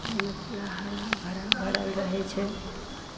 एहिमे पूरा हराभरा भरल छै